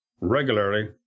regularly